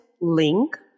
link